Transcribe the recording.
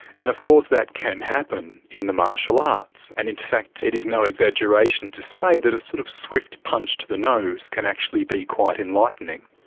and of course that can happen in the martial arts. and in fact it is no exaggeration to say that a sort of swift punch to the nose can actually be quite enlightening.